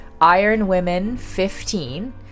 IRONWOMEN15